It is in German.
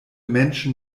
menschen